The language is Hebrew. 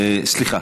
סליחה.